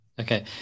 Okay